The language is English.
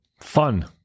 fun